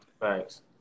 Thanks